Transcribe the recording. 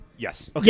Yes